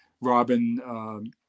Robin